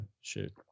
shoot